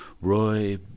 Roy